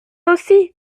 aussi